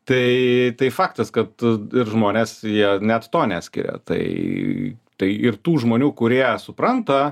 tai tai faktas kad ir žmonės jie net to neskiria tai tai ir tų žmonių kurie supranta